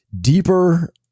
deeper